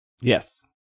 yes